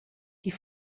die